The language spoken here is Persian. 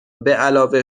بعلاوه